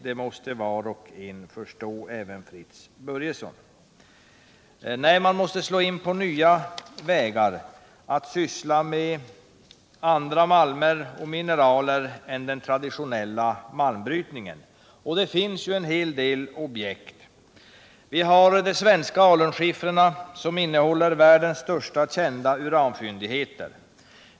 Det måste var och en förstå — även Fritz Börjesson. Man måste slå in på nya vägar och inrikta sig på andra malmer och mineraler än de som ingår i den traditionella malmbrytningen. Det finns också en hel del objekt. Vi har de svenska alunskiffrarna som innehåller världens största kända uranfyndigheter.